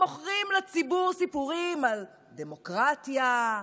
מוכרים לציבור סיפורים על דמוקרטיה,